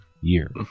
year